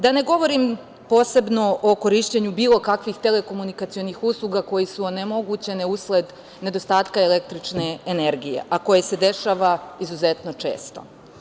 Da ne govorim posebno o korišćenju bilo kakvih telekomunikacionih usluga koje su onemogućene usled nedostatka električne energije, a koje se dešava izuzetno često.